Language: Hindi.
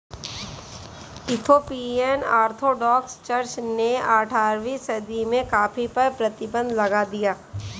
इथोपियन ऑर्थोडॉक्स चर्च ने अठारहवीं सदी में कॉफ़ी पर प्रतिबन्ध लगा दिया